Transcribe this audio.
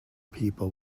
people